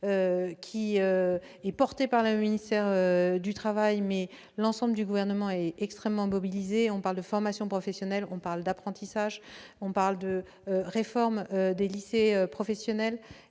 Il est défendu par le ministère du travail, mais l'ensemble du Gouvernement est extrêmement mobilisé. Nous parlons de formation professionnelle, d'apprentissage, de réforme des lycées professionnels,